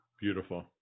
Beautiful